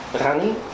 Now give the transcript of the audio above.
Rani